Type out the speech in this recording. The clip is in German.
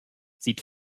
sieht